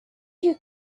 you